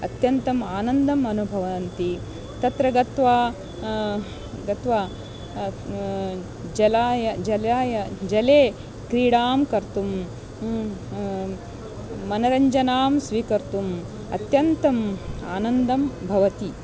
अत्यन्तम् आनन्दम् अनुभव्न्ति तत्र गत्वा गत्वा जलाय जलाय जले क्रीडां कर्तुं मनोरञ्जनं स्वीकर्तुम् अत्यन्तम् आनन्दः भवति